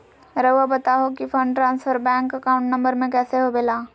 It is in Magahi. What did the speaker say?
रहुआ बताहो कि fund transfer bank account number में कैसे होबेला?